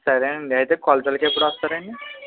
సరే అండి అయితే కొలతలుకి ఎప్పుడు వస్తారండి